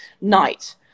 night